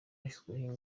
hashyizweho